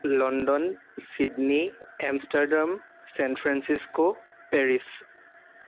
London Sydney Amsterdam San Francisco Paris